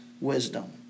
wisdom